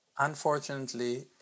Unfortunately